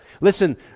Listen